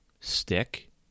stick